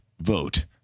vote